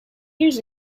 years